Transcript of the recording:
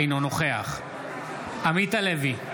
אינו נוכח עמית הלוי,